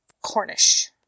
Cornish